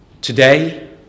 today